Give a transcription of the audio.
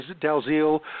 Dalziel